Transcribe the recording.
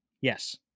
Yes